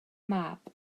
mab